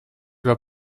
doit